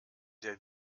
der